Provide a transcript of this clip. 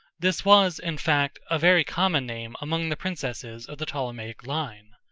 this was, in fact, a very common name among the princesses of the ptolemaic line.